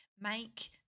Make